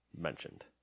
mentioned